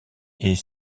est